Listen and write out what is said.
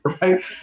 right